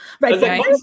right